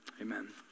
amen